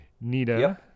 Nita